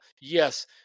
yes